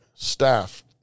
staff